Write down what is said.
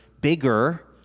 bigger